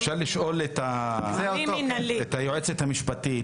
אפשר לשאול את סגנית היועץ המשפטית?